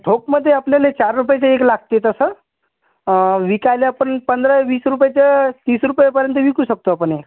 ठोकमध्ये आपल्याला चार रुपायांचे एक लागते तसं विकायला पण पंधरा वीस रुपयांचं तीस रुपयांपर्यंत विकू शकतो आपण एक